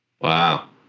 Wow